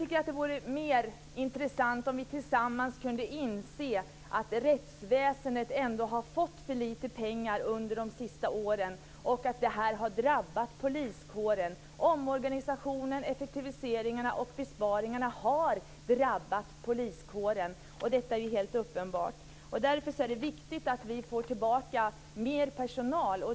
Det vore mer intressant om vi tillsammans kunde inse att rättsväsendet ändå har fått för lite pengar under de senaste åren, och det har drabbat poliskåren. Omorganisationen, effektiviseringarna och besparingarna har drabbat poliskåren. Detta är helt uppenbart. Därför är det viktigt att vi får tillbaka mer personal.